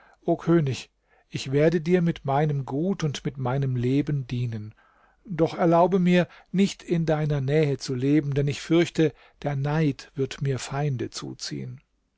könig ich werde dir mit meinem gut und mit meinem leben dienen doch erlaube mir nicht in deiner nähe zu leben denn ich fürchte der neid wird mir feinde zuziehen